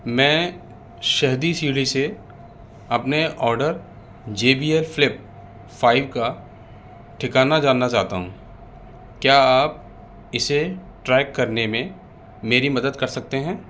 میں شہدی سیڑھی سے اپنے order J B F flip five کا ٹھکانہ جاننا چاہتا ہوں کیا آپ اسے ٹریک کرنے میں میری مدد کر سکتے ہیں